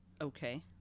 okay